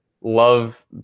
love